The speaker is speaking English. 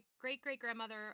great-great-grandmother